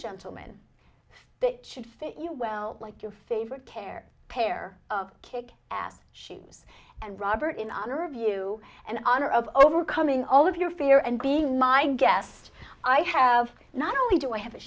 gentlemen that should fit you well like your favorite care pair of kick ass shoes and robert in honor of you and honor of overcoming all of your fear and being my guest i have not only do i have a